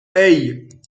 hey